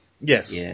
Yes